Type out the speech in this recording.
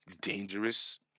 dangerous